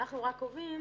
אנחנו רק קובעים